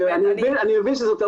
שני הסעיפים.